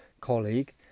colleague